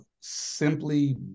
Simply